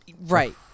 Right